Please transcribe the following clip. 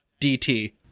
DT